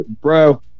bro